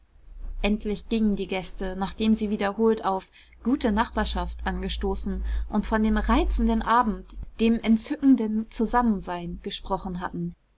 endlich gingen die gäste nachdem sie wiederholt auf gute nachbarschaft angestoßen und von dem reizenden abend dem entzückenden zusammensein gesprochen hatten